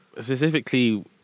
Specifically